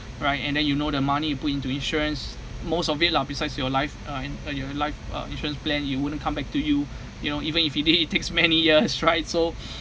right and then you know the money you put into insurance most of it lah besides your life uh and uh life uh insurance plan you wouldn't come back to you you know even if it did it takes many years right so